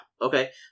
Okay